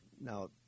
Now